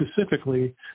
specifically